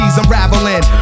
unraveling